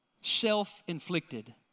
Self-inflicted